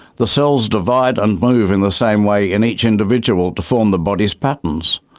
the cells divide and move in the same way in each individual to form the body's patterns.